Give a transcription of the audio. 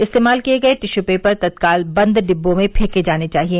इस्तेमाल किये गये टिश्यू पेपर तत्काल बंद डिब्बों में फंके जाने चाहिए